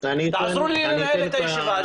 תעזרו לי לנהל את הישיבה.